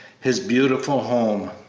his beautiful home.